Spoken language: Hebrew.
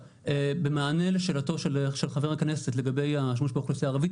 במענה לשאלתו של חבר הכנסת לגבי השיעור בחברה הערבית,